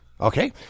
okay